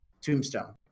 tombstone